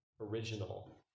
original